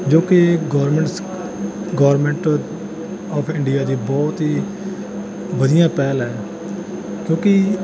ਜੋ ਕਿ ਗੌਰਮੈਂਟ ਸ ਗੌਰਮੈਂਟ ਔਫ ਇੰਡੀਆ ਦੀ ਬਹੁਤ ਹੀ ਵਧੀਆ ਪਹਿਲ ਹੈ ਕਿਉਂਕਿ